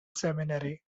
seminary